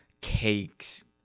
cakes